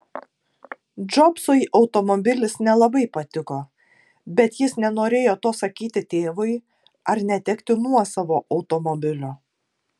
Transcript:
džobsui automobilis nelabai patiko bet jis nenorėjo to sakyti tėvui ar netekti nuosavo automobilio